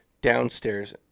downstairs